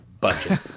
budget